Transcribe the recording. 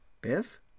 Biff